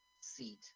seat